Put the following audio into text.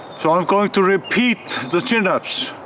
so i'm going to repeat the chin ups.